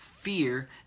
Fear